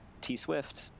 T-Swift